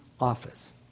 office